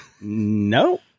No